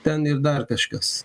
ten ir dar kažkas